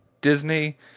Disney